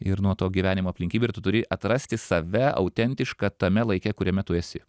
ir nuo to gyvenimo aplinkybių ir turi atrasti save autentišką tame laike kuriame tu esi